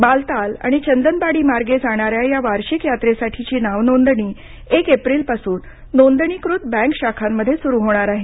बालताल आणि चंदनबाडी मार्गे जाणाऱ्या या वार्षिक यात्रेसाठीची नाव नोंदणी एक एप्रिल पासून नोंदणीकृत बँक शाखांमध्ये सुरू होणार आहे